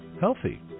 healthy